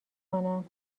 کنم